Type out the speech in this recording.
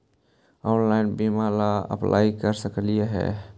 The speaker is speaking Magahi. ऑनलाइन बीमा ला अप्लाई कर सकली हे?